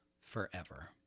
forever